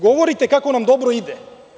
Govorite kako nam dobro ide.